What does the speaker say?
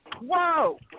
Whoa